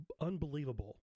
Unbelievable